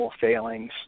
failings